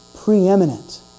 preeminent